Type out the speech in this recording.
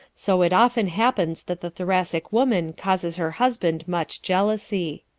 so it often happens that the thoracic woman causes her husband much jealousy.